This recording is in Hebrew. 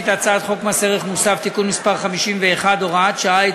את הצעת חוק מס ערך מוסף (תיקון מס' 51 והוראת שעה),